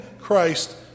Christ